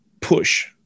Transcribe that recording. push